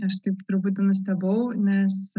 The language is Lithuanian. aš taip truputį nustebau nes